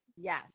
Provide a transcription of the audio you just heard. Yes